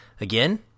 again